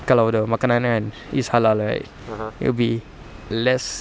kalau the makanan kan is halal right it will be less